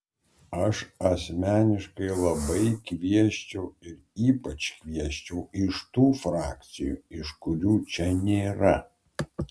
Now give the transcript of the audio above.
aš asmeniškai labai kviesčiau ir ypač kviesčiau iš tų frakcijų iš kurių čia nėra